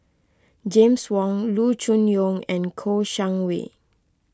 James Wong Loo Choon Yong and Kouo Shang Wei